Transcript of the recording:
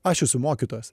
aš esu mokytojas